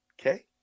okay